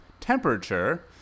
temperature